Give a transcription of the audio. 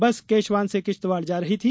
बस केशवान से किश्तवाड़ जा रही थी